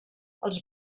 els